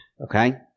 okay